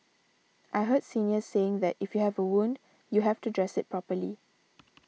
I heard seniors saying that if you have a wound you have to dress it properly